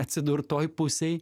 atsidurt toj pusėj